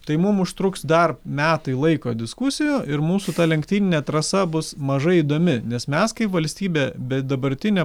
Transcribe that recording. tai mum užtruks dar metai laiko diskusijų ir mūsų ta lenktyninė trasa bus mažai įdomi nes mes kaip valstybė be dabartinio